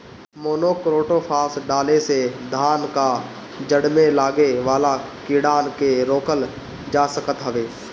monocrotophos डाले से धान कअ जड़ में लागे वाला कीड़ान के रोकल जा सकत हवे